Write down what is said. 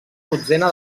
dotzena